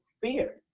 fear